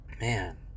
Man